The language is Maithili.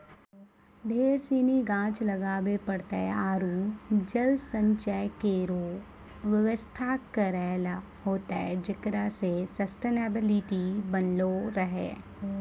ढेर सिनी गाछ लगाबे पड़तै आरु जल संचय केरो व्यवस्था करै ल होतै जेकरा सें सस्टेनेबिलिटी बनलो रहे